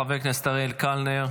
חבר הכנסת אריאל קלנר,